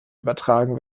übertragen